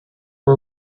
war